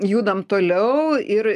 judam toliau ir